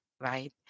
right